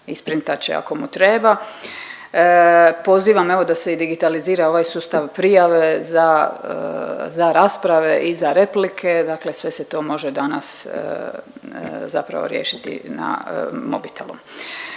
isprintat će ako mu treba. Pozivam evo da se digitalizira i ovaj sustav prijave za rasprave i za replike, dakle sve se to može danas zapravo riješiti na mobitelu.